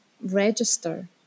register